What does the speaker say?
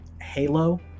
Halo